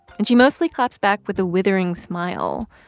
and she mostly claps back with a withering smile.